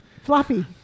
Floppy